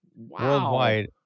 worldwide